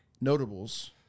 notables